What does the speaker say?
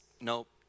nope